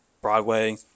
broadway